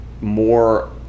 more